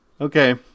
okay